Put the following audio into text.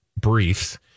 briefs